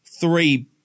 three